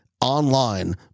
online